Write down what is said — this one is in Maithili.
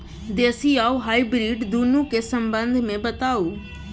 देसी आ हाइब्रिड दुनू के संबंध मे बताऊ?